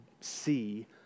see